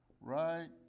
right